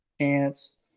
chance